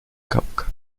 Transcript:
cauca